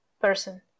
person